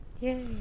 Yay